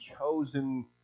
chosen